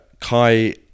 Kai